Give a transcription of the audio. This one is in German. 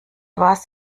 was